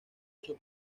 ocho